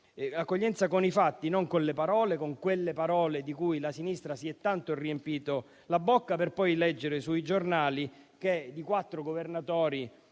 un'accoglienza con i fatti e non con le parole, quelle di cui la sinistra si è tanto riempita la bocca per poi leggere sui giornali di quattro dei suoi